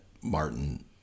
martin